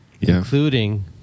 including